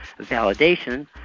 validation